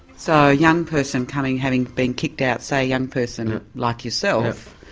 so a young person coming, having been kicked out, say a young person like yourself,